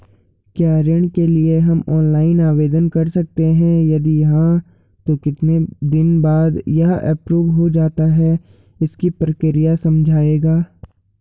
क्या ऋण के लिए हम ऑनलाइन आवेदन कर सकते हैं यदि हाँ तो कितने दिन बाद यह एप्रूव हो जाता है इसकी प्रक्रिया समझाइएगा?